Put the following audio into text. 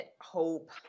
hope